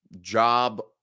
job